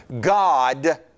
God